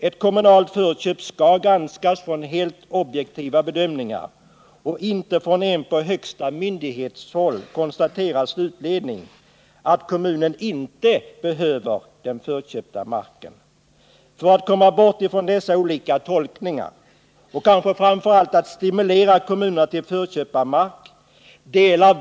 Ett kommunalt förköp skall granskas från helt objektiva bedömningar och inte från en på högsta myndighets håll gjord slutledning att kommunen inte behöver den ifrågavarande marken. För att komma bort från dessa olika tolkningar och kanske framför allt för att stimulera kommunerna till förköp av mark behövs en översyn av förköpslagen.